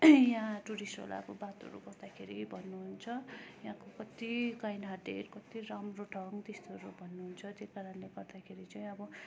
यहाँ टुरिस्टहरू आएको बातहरू गर्दाखेरि भन्नुहुन्छ यहाँ कत्ति काइन्ड हार्टेड कत्ति राम्रो ठाउँ त्यस्तोहरू भन्नुहुन्छ त्यही कारणले गर्दाखेरि चाहिँ अब